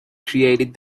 created